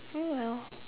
oh well